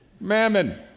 Mammon